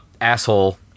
asshole